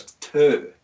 two